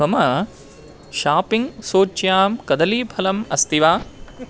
मम शापिङ्ग् सूच्यां कदलीफलम् अस्ति वा